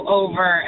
over